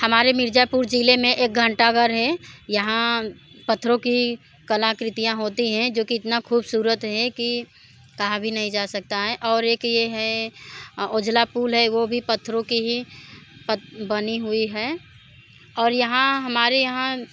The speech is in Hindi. हमारे मिर्ज़ापुर ज़िले में एक घंटा घर है यहाँ पत्थरों की कलाकृतियाँ होती हैं जो कि इतनी ख़ूबसूरत है कि कहा भी नहीं जा सकता है और एक ये है ओझला पुल है वो भी पत्थरों के ही पत बनी हुई है और यहाँ हमारे यहाँ